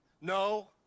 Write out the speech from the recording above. No